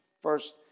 first